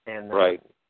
Right